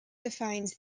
defines